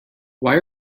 why